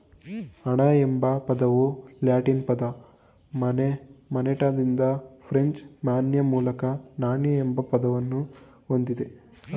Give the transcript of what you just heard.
ಹಣ ಎಂಬ ಪದವು ಲ್ಯಾಟಿನ್ ಪದ ಮೊನೆಟಾದಿಂದ ಫ್ರೆಂಚ್ ಮೊನ್ಯೆ ಮೂಲಕ ನಾಣ್ಯ ಎಂಬ ಅರ್ಥವನ್ನ ಹೊಂದಿದೆ